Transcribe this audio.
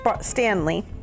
Stanley